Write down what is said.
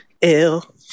ill